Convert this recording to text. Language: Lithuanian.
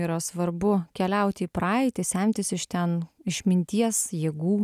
yra svarbu keliauti į praeitį semtis iš ten išminties jėgų